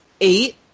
eight